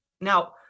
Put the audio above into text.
Now